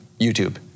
YouTube